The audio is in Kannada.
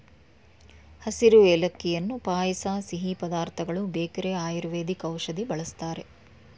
ಹಸಿರು ಏಲಕ್ಕಿಯನ್ನು ಪಾಯಸ ಸಿಹಿ ಪದಾರ್ಥಗಳು ಬೇಕರಿ ಆಯುರ್ವೇದಿಕ್ ಔಷಧಿ ಬಳ್ಸತ್ತರೆ